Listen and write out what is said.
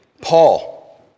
Paul